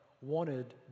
wanted